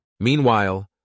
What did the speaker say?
Meanwhile